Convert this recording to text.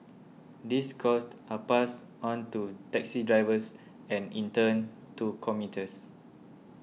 these costs are passed on to taxi drivers and in turn to commuters